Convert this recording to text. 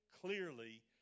clearly